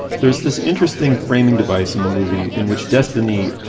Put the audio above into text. there's this interesting framing device in the movie in which destiny.